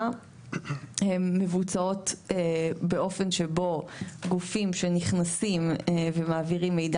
הן מבוצעות באופן שבו גופים שנכנסים ומעבירים מידע